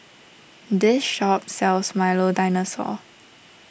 this shop sells Milo Dinosaur